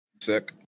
sick